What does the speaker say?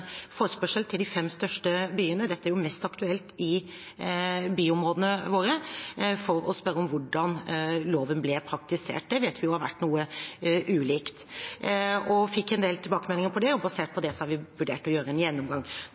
til de fem største byene – dette er jo mest aktuelt i byområdene våre – for å spørre om hvordan loven ble praktisert. Det vet vi har vært noe ulikt. Vi fikk en del tilbakemeldinger på det, og basert på det har vi vurdert å gjøre en gjennomgang.